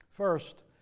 First